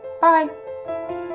Bye